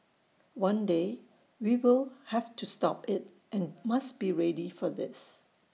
one day we will have to stop IT and must be ready for this